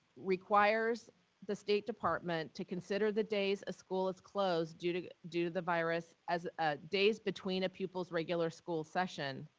requires the state department to consider the days a school is closed due to the virus as ah days between a pupil's regular school session,